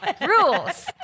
Rules